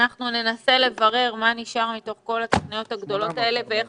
ננסה לברר מה נשאר מתוך כל התוכניות הגדולות האלה ואיך